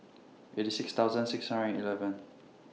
eighty six thousand six hundred and eleven